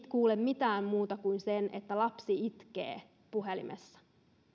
kuule mitään muuta kuin sen että lapsi itkee puhelimessa